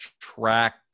track